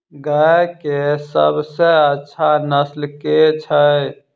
गाय केँ सबसँ अच्छा नस्ल केँ छैय?